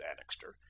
annixter